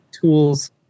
tools